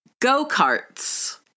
go-karts